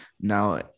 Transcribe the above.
now